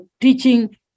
teaching